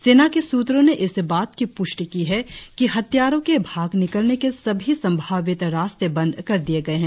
सेना के सूत्रों ने इस बात की पुष्टि की है कि हत्यारों के भाग निकलने के सभी संभावित रास्ते बंद कर दिए गए हैं